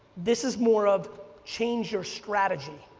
this is more of change your strategy,